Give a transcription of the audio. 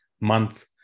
month